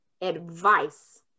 advice